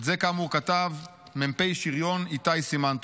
את זה, כאמור, כתב מ"פ שריון איתי סימן טוב.